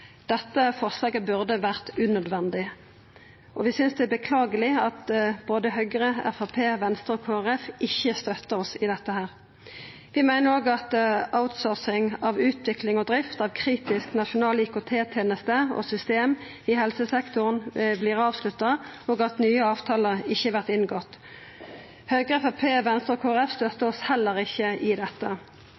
Dette forslaget burde ha vore unødvendig. Vi synest det er beklageleg at både Høgre, Framstegspartiet, Venstre og Kristeleg Folkeparti ikkje støttar oss i dette. Vi meiner òg at outsourcing av utvikling og drift av kritisk nasjonal IKT-teneste og -system i helsesektoren vert avslutta, og at nye avtalar ikkje vert inngått. Høgre, Framstegspartiet, Venstre og Kristeleg Folkeparti støttar oss heller ikkje i dette.